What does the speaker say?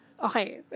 Okay